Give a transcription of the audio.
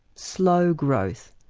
slow growth.